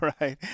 right